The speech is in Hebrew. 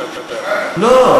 לא,